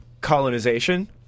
colonization